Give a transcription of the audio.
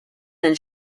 then